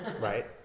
right